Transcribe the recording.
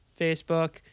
Facebook